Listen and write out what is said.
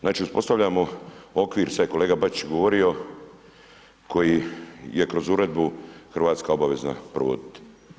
Znači uspostavljamo okvir, sad je kolega Bačić govorio, koji je kroz uredbu Hrvatska obavezna provoditi.